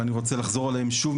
ואני רוצה לחזור עליהם שוב,